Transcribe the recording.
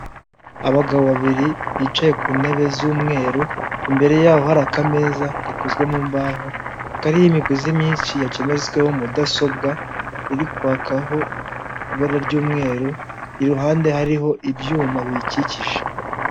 Abagabo babiri bicaye ku ntebe z'umweru, imbere yabo hari akameza gakozwe mu mbaho kariho imigozi myinshi yacometsweho mudasobwa irikwakaho ibara ry'umweru iruhande hari ibyuma biyikikije.